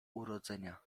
urodzenia